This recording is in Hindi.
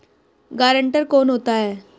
गारंटर कौन होता है?